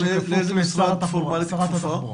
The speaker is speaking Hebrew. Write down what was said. אבל לאיזה משרד פורמלית היא כפופה?